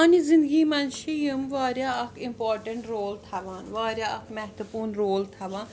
سانہٕ زِنٛدگی منٛز چھِ یِم واریاہ اَکھ اِمپاٹینٛٹ رول تھاوان واریاہ اکھ محتوِٕپوٗرن رول تھاوان